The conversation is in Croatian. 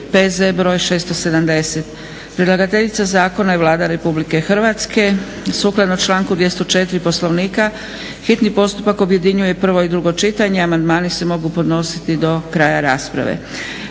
P.Z.br. 670. Predlagateljica zakona je Vlada Republike Hrvatske. Sukladno članku 204. Poslovnika hitni postupak objedinjuje prvo i drugo čitanje. Amandmani se mogu podnositi do kraja rasprave.